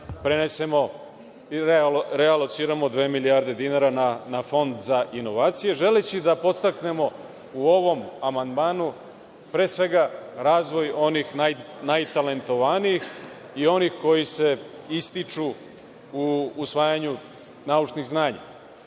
prenesemo i realociramo dve milijarde dinara na Fond za inovacije, želeći da podstaknemo u ovom amandmanu pre svega razvoj onih najtalentovanijih i onih koji se ističu u usvajanju naučnih znanja.